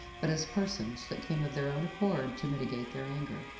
but as persons that came of their own accord to mitigate their anger,